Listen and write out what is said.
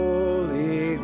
Holy